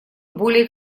более